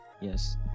Yes